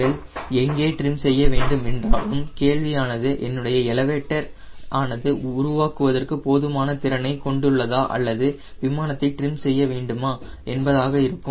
நீங்கள் எங்கே ட்ரிம் செய்ய வேண்டும் என்றாலும் கேள்வி ஆனது என்னுடைய எலவேட்டர் ஆனது உருவாக்குவதற்கு போதுமான திறனைக் கொண்டுள்ளதா அல்லது விமானத்தை ட்ரிம் செய்ய வேண்டுமா என்பதாக இருக்கும்